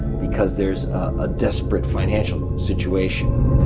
because there's a desperate financial situation.